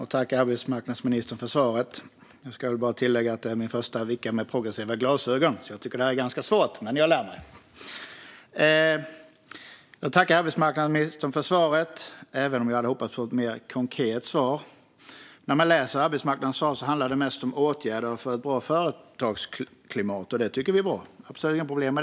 Herr talman! Jag tackar arbetsmarknadsministern för svaret, även om jag hade hoppats på ett mer konkret svar. Svaret handlar mest om åtgärder för ett bra företagsklimat, och det tycker vi är bra. Det ser jag inga problem med.